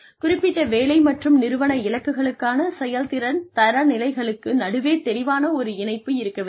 குறிப்பிட்ட வேலை மற்றும் நிறுவன இலக்குகளுக்கான செயல்திறன் தரநிலைகளுக்கு நடுவே தெளிவான ஒரு இணைப்பு இருக்க வேண்டும்